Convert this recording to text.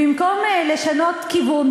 במקום לשנות כיוון,